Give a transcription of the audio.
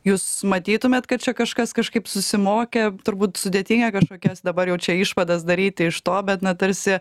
jūs matytumėt kad čia kažkas kažkaip susimokė turbūt sudėtinga kažkokias dabar jau čia išvadas daryti iš to bet na tarsi